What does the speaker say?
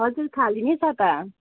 हजुर खाली नै छ त